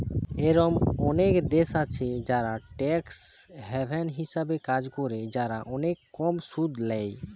এরোম অনেক দেশ আছে যারা ট্যাক্স হ্যাভেন হিসাবে কাজ করে, যারা অনেক কম সুদ ল্যায়